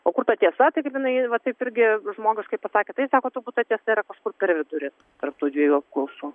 o kur ta tiesa tai kaip jinai va taip irgi žmogiškai pasakė tai sako turbūt ta tiesa yra kažkur per vidurį tarp tų dviejų apklausų